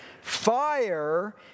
Fire